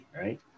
right